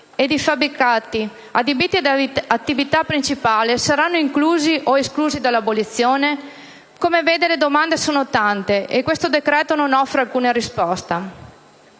Ed i fabbricati adibiti ad attività principale saranno inclusi o esclusi dall'abolizione? Come si vede, le domande sono tante e questo decreto non offre alcuna risposta.